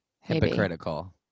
hypocritical